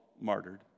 martyred